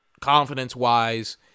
confidence-wise